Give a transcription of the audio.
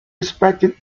respected